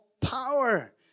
power